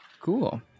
Cool